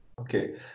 okay